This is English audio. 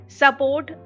support